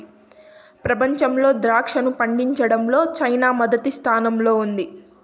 ప్రపంచంలో ద్రాక్షను పండించడంలో చైనా మొదటి స్థానంలో ఉన్నాది